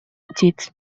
птиц